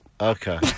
Okay